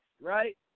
right